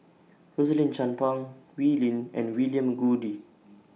Rosaline Chan Pang Wee Lin and William Goode